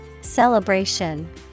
Celebration